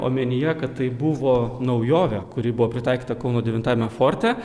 omenyje kad tai buvo naujovė kuri buvo pritaikyta kauno devintajame forte